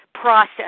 process